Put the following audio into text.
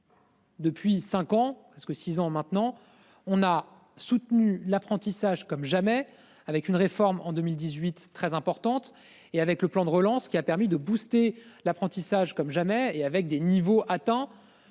que six ans maintenant, on a soutenu l'apprentissage comme jamais avec une réforme en 2018 très importante et avec le plan de relance qui a permis de boosté l'apprentissage comme jamais et avec des niveaux attends